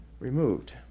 Removed